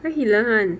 where he learn [one]